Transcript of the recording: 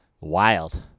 Wild